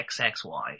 XXY